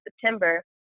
September